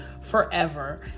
forever